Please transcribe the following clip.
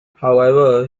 however